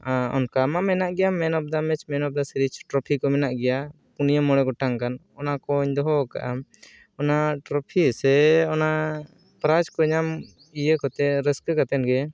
ᱟᱨ ᱚᱱᱠᱟ ᱢᱟ ᱢᱮᱱᱟᱜ ᱜᱮᱭᱟ man of the match man of the series trophy ᱠᱚ ᱢᱮᱱᱟᱜ ᱜᱮᱭᱟ ᱯᱩᱱᱭᱟᱹ ᱢᱚᱬᱮ ᱜᱚᱴᱟᱝ ᱜᱟᱱ ᱚᱱᱟᱠᱚᱧ ᱫᱚᱦᱚ ᱟᱠᱟᱫᱟ ᱚᱱᱟ ᱴᱨᱚᱯᱷᱤ ᱥᱮ ᱚᱱᱟ ᱯᱨᱟᱭᱤᱡᱽ ᱠᱚ ᱧᱟᱢ ᱤᱭᱟᱹ ᱠᱚᱛᱮ ᱨᱟᱹᱥᱠᱟᱹ ᱠᱟᱛᱮᱫ ᱜᱮ